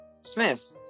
Smith